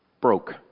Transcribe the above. Broke